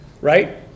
right